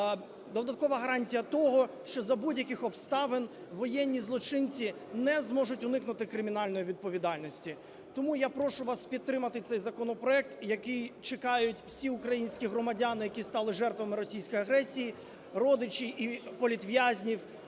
додаткова гарантія того, що за будь-яких обставин воєнні злочинці не зможуть уникнути кримінальної відповідальності. Тому я прошу вас підтримати цей законопроект, який чекають всі українські громадяни, які стали жертвами російської агресії, родичі політв'язнів,